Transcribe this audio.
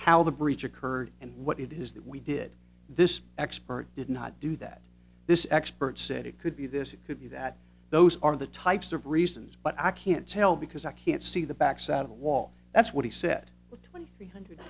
how the breach occurred and what it is that we did this expert did not do that this expert said it could be this it could be that those are the types of reasons but i can't tell because i can't see the backside of a wall that's what he said with twenty three hundred